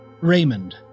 Raymond